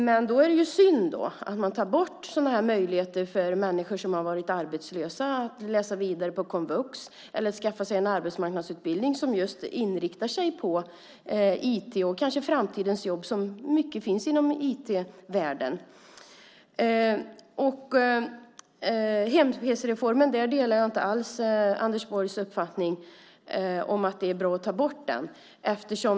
Men då är det ju synd att man tar bort möjligheter för människor som har varit arbetslösa att läsa vidare på komvux eller att skaffa sig en arbetsmarknadsutbildning som just inriktar sig på IT och kanske framtidens jobb som till stor del finns inom IT-världen. När det gäller hem-pc-reformen delar jag inte alls Anders Borgs uppfattning, att det är bra att ta bort den.